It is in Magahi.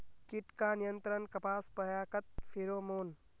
कीट का नियंत्रण कपास पयाकत फेरोमोन?